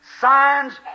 signs